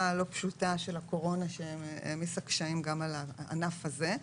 לא פשוטה של הקורונה שהעמיסה קשיים גם על הענף הזה,